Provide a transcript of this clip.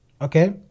okay